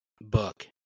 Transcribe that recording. book